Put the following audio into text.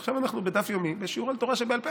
ועכשיו אנחנו בדף יומי בשיעור על תורה שבעל פה.